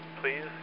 please